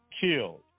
killed